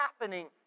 happening